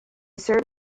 served